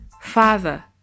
Father